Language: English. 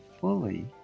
fully